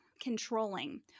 controlling